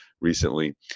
recently